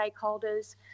stakeholders